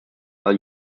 are